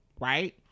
right